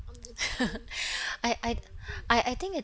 I I I I think at